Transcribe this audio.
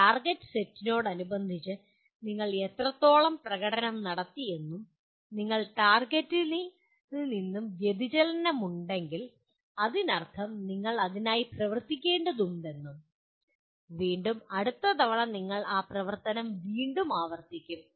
target സെറ്റിനോടനുബന്ധിച്ച് നിങ്ങൾ എത്രത്തോളം പ്രകടനം നടത്തിയെന്നും നിങ്ങൾ ടാർഗെറ്റിൽ നിന്നും വ്യതിചലനമുണ്ടെങ്കിൽ അതിനർത്ഥം നിങ്ങൾ അതിനായി പ്രവർത്തിക്കേണ്ടതുണ്ടെന്നും വീണ്ടും അടുത്ത തവണ നിങ്ങൾ ആ പ്രവർത്തനം വീണ്ടും ആവർത്തിക്കും